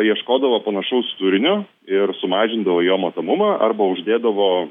ieškodavo panašaus turinio ir sumažindavo jo matomumą arba uždėdavo